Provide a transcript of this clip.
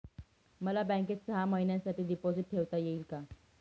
मला बँकेत सहा महिन्यांसाठी डिपॉझिट ठेवता येईल का?